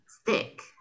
Stick